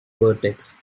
vertex